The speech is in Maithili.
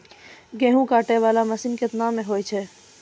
गेहूँ काटै वाला मसीन केतना मे होय छै?